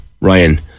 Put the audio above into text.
Ryan